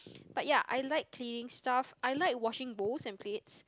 but ya I like cleaning stuff I like washing bowls and plates